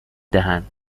دهند